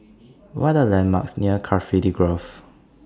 What Are The landmarks near Cardifi Grove